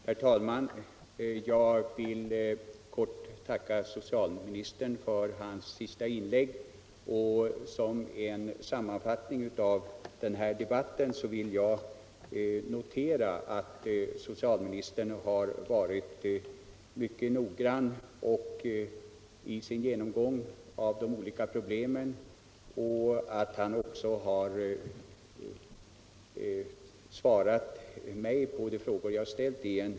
Herr talman! Jag vill tacka socialministern för hans senaste inlägg. Som en sammanfattning av den här debatten vill jag notera att socialministern har varit mycket noggrann i sin genomgång av de olika problemen och att han också i en positiv anda har svarat mig på de frågor jag ställt.